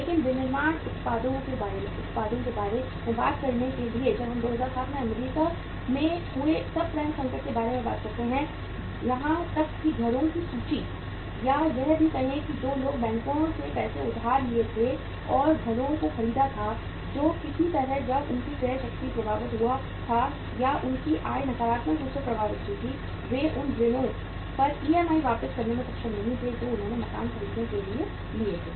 लेकिन विनिर्माण उत्पादों के बारे में बात करने के लिए जब हम 2007 में अमेरिका में हुए सबप्राइम संकट के बारे में बात करते हैं यहां तक कि घरों की सूची या यह भी कहें कि जो लोग बैंकों से पैसे उधार लिए थे और घरों को खरीदा था तो किसी तरह जब उनकी क्रय शक्ति प्रभावित हुआ था या उनकी आय नकारात्मक रूप से प्रभावित हुई थी वे उन ऋणों पर ईएमआई वापस करने में सक्षम नहीं थे जो उन्होंने मकान खरीदने के लिए लिए थे